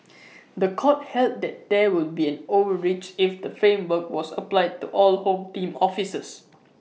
The Court held that there would be an overreach if the framework was applied to all home team officers